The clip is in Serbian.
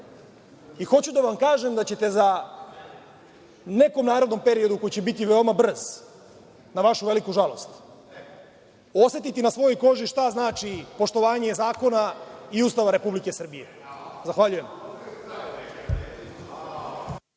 Hoću da vam kažem da ćete u nekom narednom periodu, koji će biti veoma brz na vašu veliku žalost, osetiti na svojoj koži šta znači poštovanje zakona i Ustava Republike Srbije. Zahvaljujem.